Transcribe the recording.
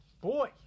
boy